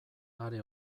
are